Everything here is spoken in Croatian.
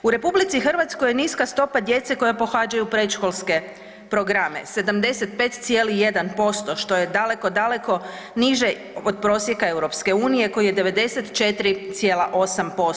U RH je niska stopa djece koja pohađaju predškolske programe, 75,1%, što je daleko, daleko niže od prosjeka EU koji je 94,8%